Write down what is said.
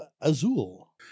Azul